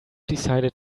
decided